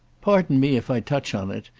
pardon me if i touch on it,